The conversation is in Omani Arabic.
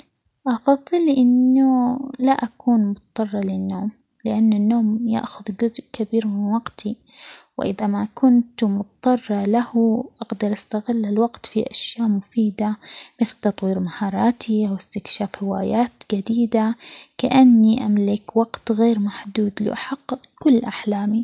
أفضل إنه لا أكون مضطرة للنوم؛ لأن النوم ياخذ جزء كبير من وقتي ،وإذا ما كنت مضطرة له أقدر أستغل الوقت في اشياء مفيدة، مثل تطوير مهاراتي ،واستكشاف هوايات جديدة كأني أملك وقت غير محدود لأحقق كل أحلامي.